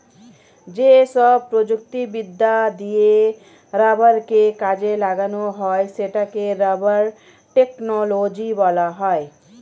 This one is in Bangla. যেসব প্রযুক্তিবিদ্যা দিয়ে রাবারকে কাজে লাগানো হয় সেটাকে রাবার টেকনোলজি বলা হয়